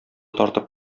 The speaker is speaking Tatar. тартып